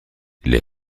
les